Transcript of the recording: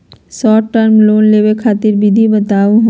Short term loan लेवे खातीर विधि बताहु हो?